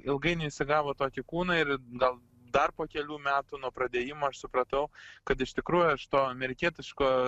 ilgainiui jis įgavo tokį kūną ir gal dar po kelių metų nuo pradėjimo aš supratau kad iš tikrųjų aš to amerikietiško